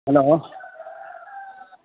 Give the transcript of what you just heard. hello